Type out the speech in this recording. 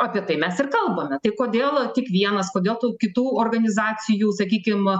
apie tai mes ir kalbame tai kodėl tik vienas kodėl tų kitų organizacijų sakykim